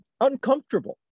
uncomfortable